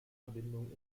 verbindung